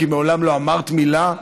כי מעולם לא אמרת מילה,